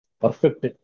Perfect